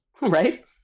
right